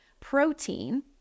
protein